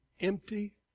empty